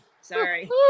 Sorry